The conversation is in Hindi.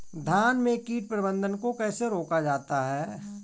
धान में कीट प्रबंधन को कैसे रोका जाता है?